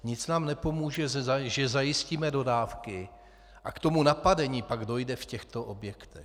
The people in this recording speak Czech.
Nic nám nepomůže, že zajistíme dodávky, a k tomu napadení pak dojde v těchto objektech.